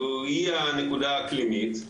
והיא הנקודה האקלימית.